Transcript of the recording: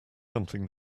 something